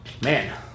Man